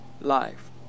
life